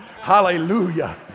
hallelujah